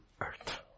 earth